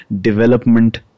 development